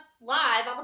live